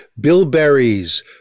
bilberries